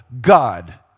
God